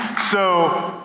so,